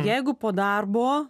jeigu po darbo